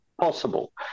possible